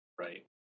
right